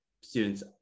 students